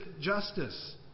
justice